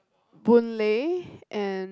Boon-Lay and